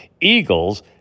Eagles